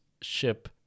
ship